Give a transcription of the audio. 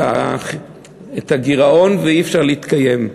הגירעון ואי-אפשר להתקיים.